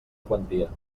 quantia